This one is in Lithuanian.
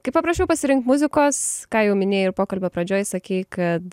kai paprašiau pasirinkt muzikos ką jau minėjai ir pokalbio pradžioj sakei kad